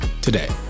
today